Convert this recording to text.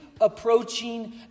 approaching